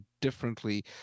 differently